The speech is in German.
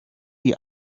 die